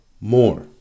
More